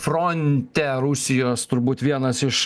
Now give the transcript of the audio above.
fronte rusijos turbūt vienas iš